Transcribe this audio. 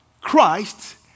Christ